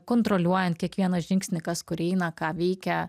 kontroliuojant kiekvieną žingsnį kas kur eina ką veikia